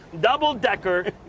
double-decker